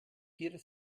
vierer